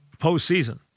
postseason